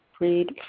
read